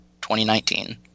2019